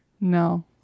no